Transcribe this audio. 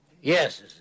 Yes